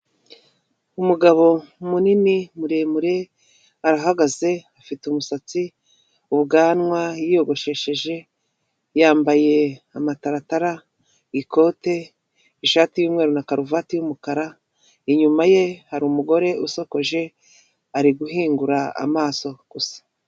Umugabo munini muremure arahagaze, afite umusatsi, ubwanwa yiyogoshesheje, yambaye amataratara, ikote, ishati y'umweru na karuvati y'umukara, inyuma ye hari umugore usokoje ari guhingura amaso gusa.